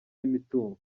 n’imitungo